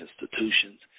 institutions